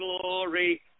glory